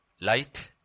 Light